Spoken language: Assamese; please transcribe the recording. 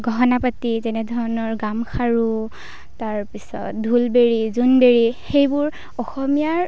গহনাপাতি যেনেধৰণৰ গামখাৰু তাৰপিছত ঢোলবিৰি জোনবিৰি সেইবোৰ অসমীয়াৰ